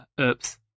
oops